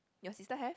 your sister have